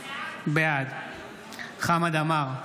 בעד חמד עמאר,